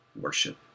worship